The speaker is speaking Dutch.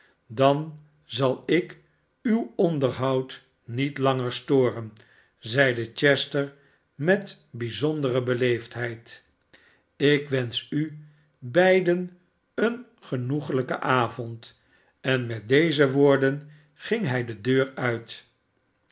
dan zal ik uw onderhoud niet langer storen zeide chester met bijzondere beleefdheid ik wenschu beiden een genoeglijken avond en met deze woorden ging hij de deur uit